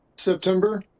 September